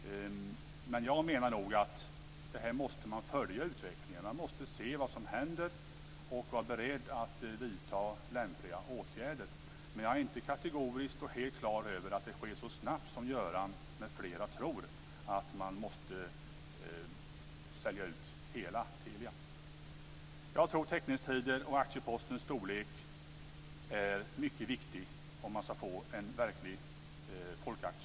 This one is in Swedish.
Men jag menar att man måste följa utvecklingen. Man måste se vad som händer och vara beredd att vidta lämpliga åtgärder. Men jag är inte kategorisk och helt klar över att man måste sälja ut hela Jag tror teckningstider och aktiepostens storlek är mycket viktigt om man ska få en verklig folkaktie.